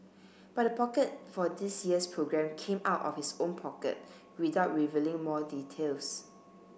but the pocket for this year's programme came out of his own pocket without revealing more details